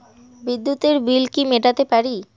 বিদ্যুতের বিল কি মেটাতে পারি?